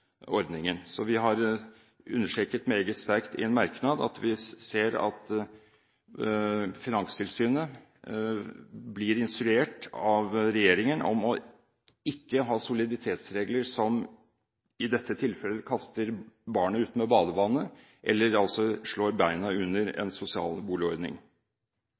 Vi har understreket meget sterkt i en merknad at vi ser at Finanstilsynet blir instruert av regjeringen om ikke å ha soliditetsregler som i dette tilfellet kaster barnet ut med badevannet, eller slår beina under en sosial boligordning.